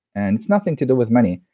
and it's nothing to do with money.